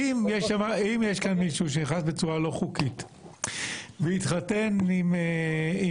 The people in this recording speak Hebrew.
אם מישהו נכנס בצורה לא חוקית, התחתן עם בחור